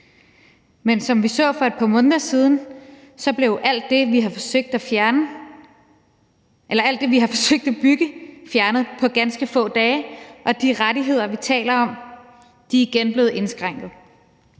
Men som vi så for et par måneder siden, blev alt det, vi har forsøgt at bygge, fjernet på ganske få dage. Og de rettigheder, vi taler om, er igen blevet indskrænket.